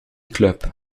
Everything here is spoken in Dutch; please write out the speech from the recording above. club